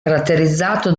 caratterizzato